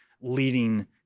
leading